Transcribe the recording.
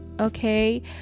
okay